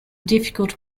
difficult